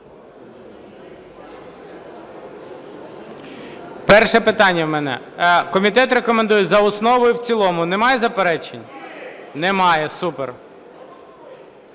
Перше питання у мене. Комітет рекомендує за основу і в цілому. Немає заперечень? Немає, супер.